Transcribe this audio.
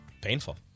Painful